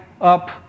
up